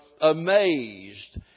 amazed